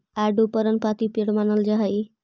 आडू पर्णपाती पेड़ मानल जा हई